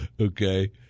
Okay